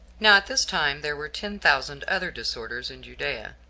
now at this time there were ten thousand other disorders in judea,